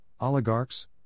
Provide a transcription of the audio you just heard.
oligarchs